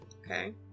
Okay